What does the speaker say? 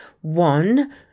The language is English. One